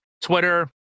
Twitter